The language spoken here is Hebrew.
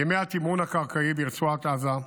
ימי התמרון הקרקעי ברצועת עזה,